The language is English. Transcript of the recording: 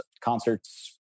concerts